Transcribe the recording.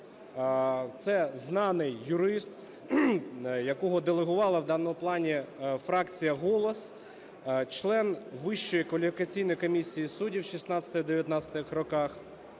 Це знаний юрист, якого делегувала в даному плані фракція "Голос". Член Вищої кваліфікаційної комісії суддів в 16-19-х роках.